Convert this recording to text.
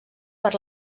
per